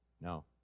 No